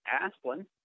Asplin